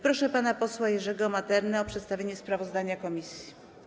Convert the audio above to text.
Proszę pana posła Jerzego Maternę o przedstawienie sprawozdania komisji.